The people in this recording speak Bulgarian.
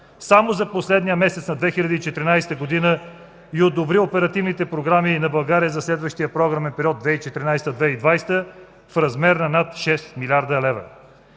само за последния месец на 2014 г. и одобри оперативните програми на България за следващия програмен период 2014 – 2020 г. в размер на над 6 млрд. лв.